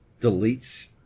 deletes